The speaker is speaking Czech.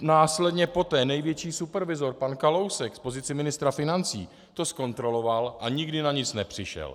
Následně poté největší supervizor pan Kalousek v pozici ministra financí to zkontroloval a nikdy na nic nepřišel.